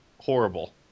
horrible